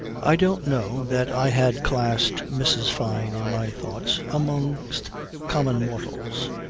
i don't know that i had classed mrs. fyne, in my thoughts, amongst common mortals.